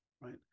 Right